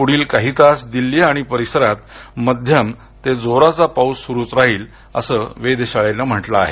पुढील काही तास दिल्ली आणि परिसरात माध्यम ते जोराचा पाऊस सुरूच राहील असं वेधशाळेन म्हटलं आहे